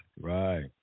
Right